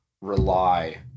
rely